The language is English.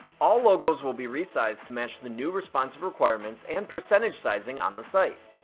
all logos will be resized to match the new responsive requirements and percentage sizing on the site.